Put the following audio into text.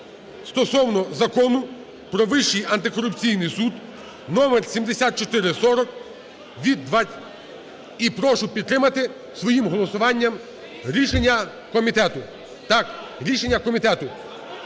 стосовно Закону про Вищий антикорупційний суд (№ 7440) і прошу підтримати своїм голосуванням рішення комітету,